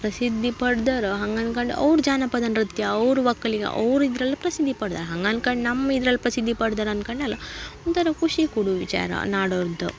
ಪ್ರಸಿದ್ಧಿ ಪಡ್ದರು ಹಂಗೆ ಅನ್ಕಂದು ಅವ್ರು ಜಾನಪದ ನೃತ್ಯ ಅವ್ರು ಒಕ್ಕಲಿಗ ಅವ್ರು ಇದ್ರಲ್ಲಿ ಪ್ರಸಿದ್ಧಿ ಪಡ್ದರು ಹಂಗೆ ಅನ್ಕಂಡು ನಮ್ಮ ಇದ್ರಳ್ಳಿ ಪ್ರಸಿದ್ಧಿ ಪಡ್ದರು ಅನ್ಕಂಡು ಅಲ್ಲ ಒಂಥರ ಖುಷಿ ಕೊಡೊ ವಿಚಾರ ನಾಡೋರ್ದು